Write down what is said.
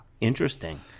interesting